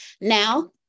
Now